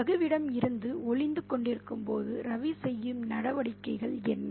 ரகுவிடம் இருந்து ஒளிந்து கொண்டிருக்கும்போது ரவி செய்யும் நடவடிக்கைகள் என்ன